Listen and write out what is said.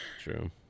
True